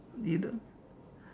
you don't